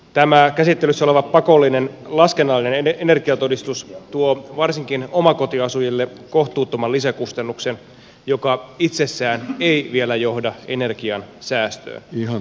tämä käsittelyssä oleva pakollinen laskennallinen energiatodistus tuo varsinkin omakotiasujille kohtuuttoman lisäkustannuksen joka itsessään ei vielä johda energian säästöön